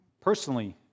personally